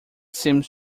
seems